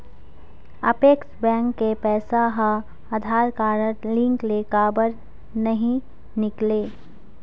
Apex bank के पैसा हा आधार कारड लिंक ले काबर नहीं निकले?